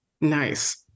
Nice